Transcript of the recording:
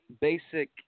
basic